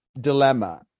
dilemma